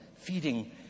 feeding